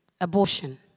abortion